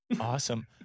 Awesome